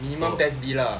minimum PES B lah